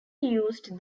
used